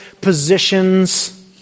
positions